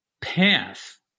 path